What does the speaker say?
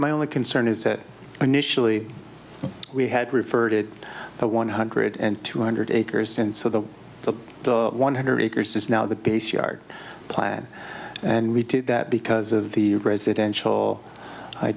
my only concern is that initially we had referred it to one hundred and two hundred acres and so the one hundred acres is now the base yard plan and we did that because of the residential i